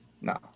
No